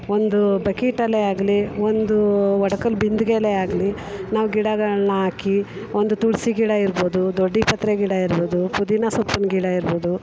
ಒಂದೂ ಬಕೀಟಲ್ಲೇ ಆಗಲಿ ಒಂದೂ ಒಡ್ಕಲ್ಲಿ ಬಿಂದಿಗೇಲೆ ಆಗಲಿ ನಾವು ಗಿಡಗಳನ್ನ ಹಾಕಿ ಒಂದು ತುಳಸಿ ಗಿಡ ಇರ್ಬೋದು ದೊಡ್ಡ ಪತ್ರೆ ಗಿಡ ಇರ್ಬೋದು ಪುದೀನ ಸೊಪ್ಪಿನ ಗಿಡ ಇರ್ಬೋದು